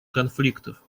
конфликтов